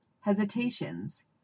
hesitations